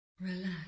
Relax